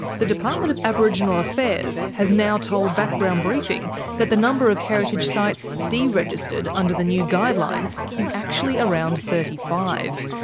the department of aboriginal affairs has now told background briefing that the number of heritage sites deregistered under the new guidelines is actually around thirty five.